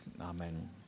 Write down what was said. Amen